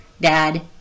dad